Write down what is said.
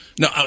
no